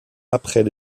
après